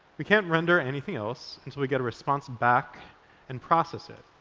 we can't render anything else until we get a response back and process it.